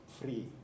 free